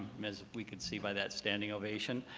as we could see by that standing ovation.